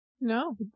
No